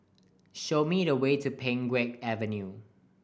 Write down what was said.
show me the way to Pheng Geck Avenue